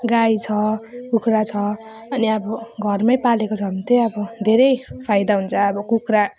गाई छ कुखुरा छ अनि अब घरमै पालेको छ भने त्यही अब धेरै फाइदा हुन्छ अब कुखुरा